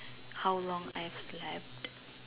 how long I have left